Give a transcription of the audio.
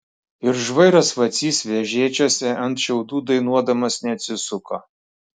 ir žvairas vacys vežėčiose ant šiaudų dainuodamas neatsisuko